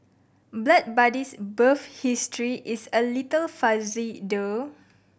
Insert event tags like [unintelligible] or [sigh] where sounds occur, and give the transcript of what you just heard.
Blood Buddy's birth history is a little fuzzy [unintelligible]